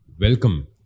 Welcome